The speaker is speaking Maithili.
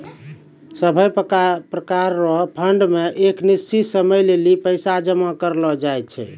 सभै प्रकार रो फंड मे एक निश्चित समय लेली पैसा जमा करलो जाय छै